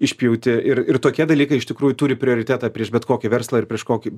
išpjauti ir ir tokie dalykai iš tikrųjų turi prioritetą prieš bet kokį verslą ir prieš kokį